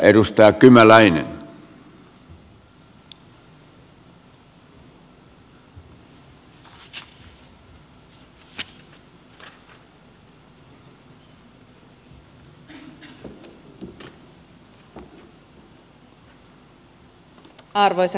arvoisa herra puhemies